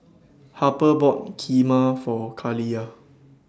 Harper bought Kheema For Kaliyah